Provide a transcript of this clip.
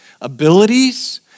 abilities